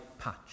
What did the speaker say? patch